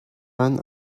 one